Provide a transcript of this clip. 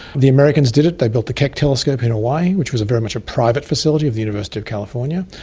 the americans did it, they built the keck telescope in hawaii, which was very much a private facility of the university of california.